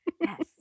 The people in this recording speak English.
Yes